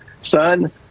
son